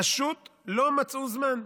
פשוט לא מצאו זמן.